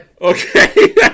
Okay